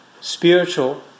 spiritual